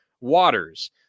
Waters